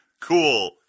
Cool